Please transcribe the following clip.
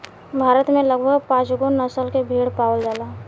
भारत में लगभग पाँचगो नसल के भेड़ पावल जाला